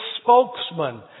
spokesman